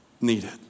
needed